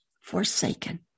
forsaken